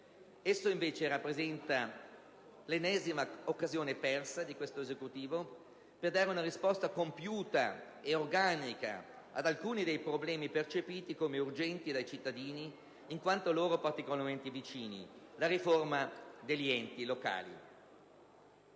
Esso invece rappresenta l'ennesima occasione persa di questo Esecutivo per dare una risposta compiuta ed organica ad alcuni dei problemi percepiti come urgenti dai cittadini, in quanto loro particolarmente vicini: la riforma degli enti locali.